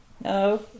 No